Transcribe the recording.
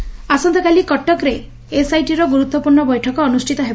ଏସଆଇଟିର ବୈଠକ ଆସନ୍ତାକାଲି କଟକରେ ଏସଆଇଟିର ଗୁରୁତ୍ପୂର୍ଶ୍ଣ ବୈଠକ ଅନୁଷିତ ହେବ